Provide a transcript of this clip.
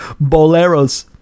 Boleros